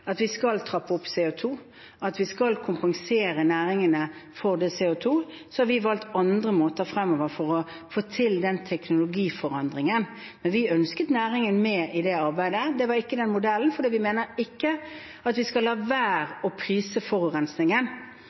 at vi skal trappe opp CO2, at vi skal kompensere næringene for CO2, har vi valgt andre måter fremover for å få til den teknologiforandringen. Vi ønsket å ha næringen med i det arbeidet, men ikke med den modellen, for vi mener ikke at vi skal la være å prise